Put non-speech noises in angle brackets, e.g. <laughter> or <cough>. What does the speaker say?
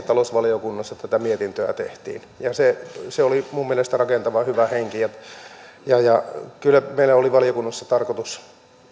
<unintelligible> talousvaliokunnassa tätä mietintöä tehtiin se se oli minun mielestäni rakentava ja hyvä henki kyllä meillä oli valiokunnassa tarkoitus